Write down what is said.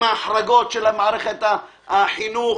עם ההחרגות של מערכת החינוך,